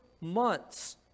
months